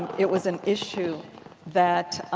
it was an issue that